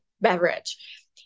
beverage